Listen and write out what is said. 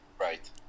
Right